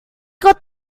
got